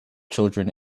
children